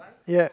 yep